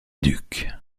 ducs